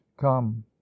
come